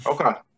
Okay